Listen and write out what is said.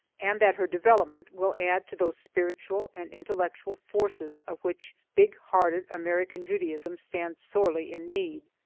and that her development will add to those spiritual and intellectual forces of which big-hearted american judaism stands sorely in need.